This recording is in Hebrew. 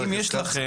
אם יש לכם,